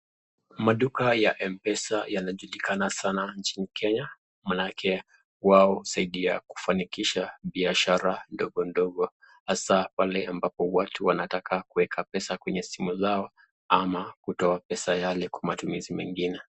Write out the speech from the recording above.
Maduka ya mpesa yanajulikana sana nchini kenya maanake wao husaidia kufanikisha biahsra ndogo ndogo hasaa pale ambapo watu wanataka kuweka simu katika simu zao ama kutoa pesa yao kwa matumizi mengine.